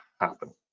happen